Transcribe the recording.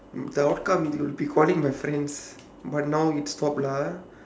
the outcome it would be calling her friends but now it stopped lah ah